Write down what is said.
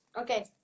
Okay